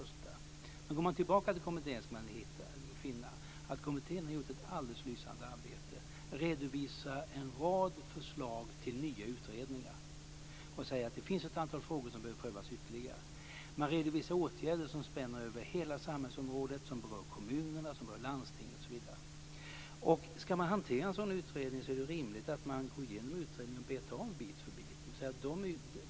Om man går tillbaka till kommittén finner man att kommittén har gjort ett alldeles lysande arbete. Man redovisar en rad förslag till nya utredningar och säger att det finns ett antal frågor som behöver prövas ytterligare. Man redovisar åtgärder som spänner över hela samhällsområdet och som berör kommunerna, landstinget osv. Om man ska hantera en sådan utredning är det rimligt att man går igenom utredningen och betar av bit för bit.